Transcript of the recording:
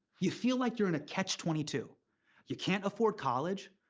you feel like you're in a catch twenty two you can't afford college,